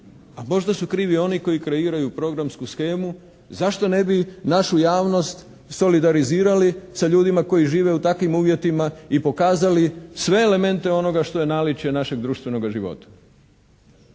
a možda su krivi oni koji kreiraju programsku shemu. Zašto ne bi našu javnost solidarizirali sa ljudima koji žive u takvim uvjetima i pokazali sve elemente onoga što je naličje našeg društvenoga života.